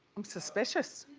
i'm suspicious.